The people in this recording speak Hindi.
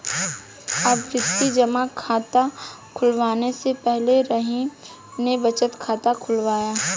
आवर्ती जमा खाता खुलवाने से पहले रहीम ने बचत खाता खुलवाया